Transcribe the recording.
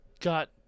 got